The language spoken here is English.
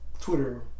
Twitter